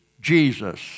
Jesus